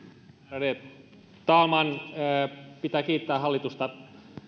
ärade talman pitää kiittää hallitusta